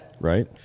Right